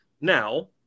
now